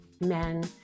men